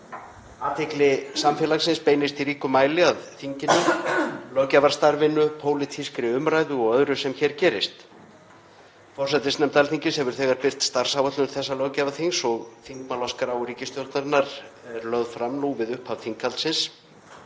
Athygli samfélagsins beinist í ríkum mæli að þinginu, löggjafarstarfinu, pólitískri umræðu og öðru sem þar gerist. Forsætisnefnd Alþingis hefur þegar birt starfsáætlun þessa löggjafarþings og þingmálaskrá ríkisstjórnarinnar verður lögð fram nú við upphaf þinghaldsins.